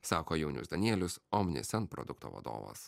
sako jaunius danielius omnisend produkto vadovas